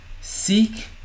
Seek